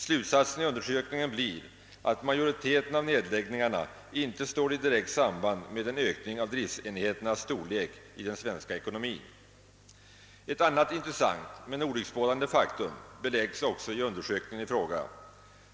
Slutsatsen i undersökningen blir »att majoriteten av nedläggningarna inte står i direkt samband med en ökning av driftsenheternas storlek i den svenska ekonomin». Ett annat intressant men olycksbådande faktum beläggs också i undersökningen i fråga.